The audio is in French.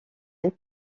les